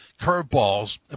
curveballs